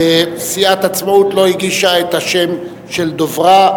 סיעת העצמאות לא הגישה את השם של דוברה.